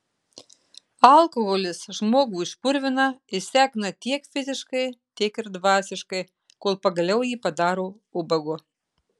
alkoholis žmogų išpurvina išsekina tiek fiziškai tiek ir dvasiškai kol pagaliau jį padaro ubagu